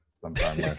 sometime